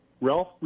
Ralph